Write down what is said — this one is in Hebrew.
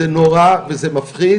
וזה נורא וזה מפחיד